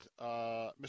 Mr